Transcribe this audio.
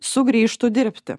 sugrįžtų dirbti